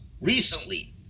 recently